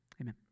Amen